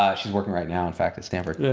ah she's working right now in fact, at stanford.